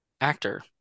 actor